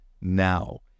now